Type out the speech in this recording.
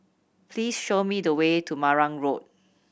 please show me the way to Marang Road